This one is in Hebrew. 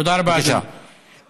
תודה רבה, אדוני.